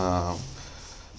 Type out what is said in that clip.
uh